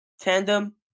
tandem